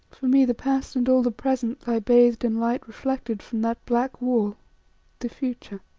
for me the past and all the present lie bathed in light reflected from that black wall the future.